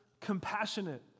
compassionate